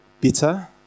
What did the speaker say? bitter